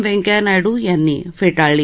व्यंकथ्या नायडू त्यांनी फेटाळली